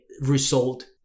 result